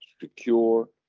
secure